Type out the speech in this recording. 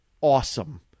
awesome